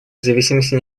независимости